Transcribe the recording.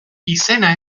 izena